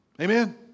Amen